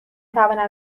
توانم